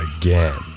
again